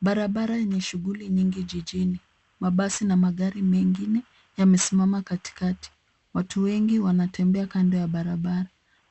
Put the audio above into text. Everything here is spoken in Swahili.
Barabara yenye shughuli nyingi jijini. Mabasi na magari mengine yamesimama katikati. Watu wengi wanatembea kando ya barabara.